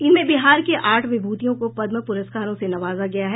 इनमें बिहार के आठ विभूतियों को पद्म पुरस्कारों से नवाजा गया है